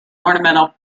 ornamental